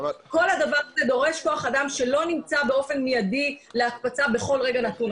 כל הדבר הזה דורש כוח אדם שלא נמצא באופן מיידי להקפצה בכל רגע נתון.